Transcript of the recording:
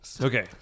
Okay